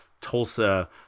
Tulsa